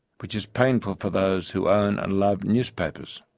which is painful for those who own and love newspapers.